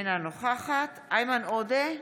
אינה נוכחת איימן עודה,